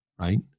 right